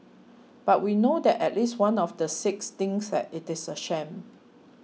but we know that at least one of the six thinks that it is a sham